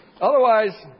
otherwise